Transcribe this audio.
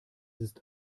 ist